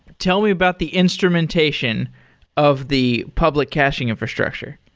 but tell me about the instrumentation of the public caching infrastructure